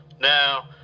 Now